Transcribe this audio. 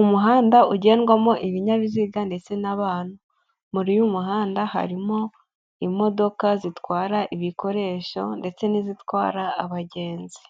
Umuhanda ugendwamo ibinyabiziga ndetse n'abantu, muri uyu muhanda harimo imodoka zitwara ibikoresho ndetse n'izitwara abagenzi,